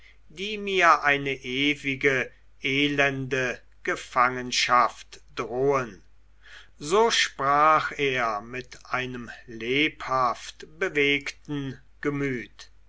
die mir eine ewige elende gefangenschaft drohen so sprach er mit einem lebhaft bewegten gemüt